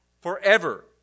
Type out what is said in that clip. forever